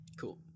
cool